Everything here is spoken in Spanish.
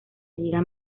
liga